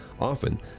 Often